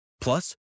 Plus